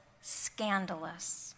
scandalous